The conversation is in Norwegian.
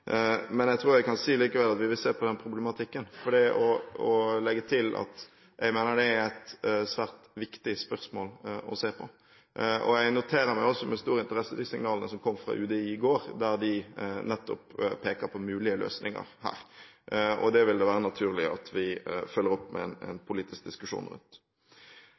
men jeg tror jeg kan si likevel at vi vil se på den problematikken, og legge til at jeg mener at det er et svært viktig spørsmål. Jeg noterer meg også med stor interesse de signalene som kom fra UDI i går, der de nettopp peker på mulige løsninger her. Det vil det være naturlig at vi følger opp med en politisk diskusjon rundt.